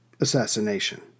assassination